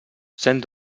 cent